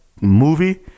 movie